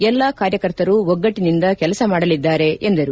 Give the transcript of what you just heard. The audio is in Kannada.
ಎಲ್ಲಾ ಕಾರ್ಯಕರ್ತರು ಒಗ್ಗಟ್ಟಿನಿಂದ ಕೆಲಸ ಮಾಡಲಿದ್ದಾರೆ ಎಂದರು